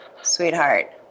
sweetheart